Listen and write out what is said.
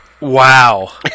wow